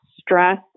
stress